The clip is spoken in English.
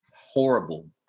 horrible